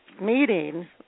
meeting